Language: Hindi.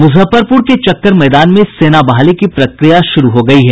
मुजफ्फरपुर के चक्कर मैदान में सेना बहाली की प्रक्रिया शुरू हो गयी है